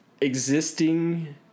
existing